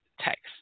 text